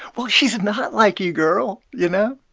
well, she's not like you, girl, you know?